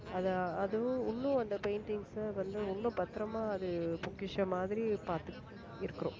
அதை அதுவும் இன்னும் அந்த பெயிண்ட்டிங்ஸை வந்து இன்னும் பத்தரமாக அது பொக்கிஷம் மாதிரி பார்த்து இருக்கிறோம்